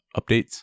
updates